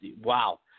wow